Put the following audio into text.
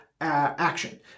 action